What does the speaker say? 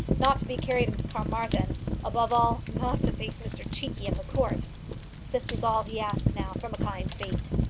not to be carried into carmarthen above all, not to face mr cheekey and the court this was all he asked now from a kind fate.